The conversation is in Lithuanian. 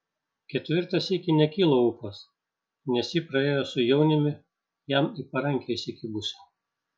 ketvirtą sykį nekilo ūpas nes ji praėjo su jauniumi jam į parankę įsikibusi